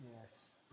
Yes